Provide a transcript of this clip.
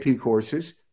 courses